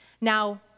Now